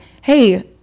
hey